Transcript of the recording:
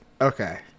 Okay